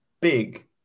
big